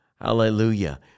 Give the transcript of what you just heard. Hallelujah